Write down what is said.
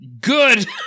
Good